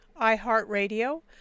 iHeartRadio